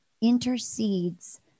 intercedes